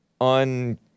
on